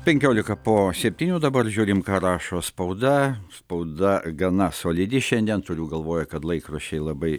penkiolika po septynių dabar žiūrim ką rašo spauda spauda gana solidi šiandien turiu galvoj kad laikraščiai labai